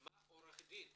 מה עורך הדין